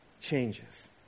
changes